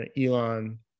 Elon